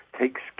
takes